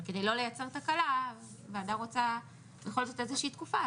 כדי לא לייצר תקלה, הוועדה רוצה איזושהי תקופה.